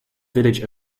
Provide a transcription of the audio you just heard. village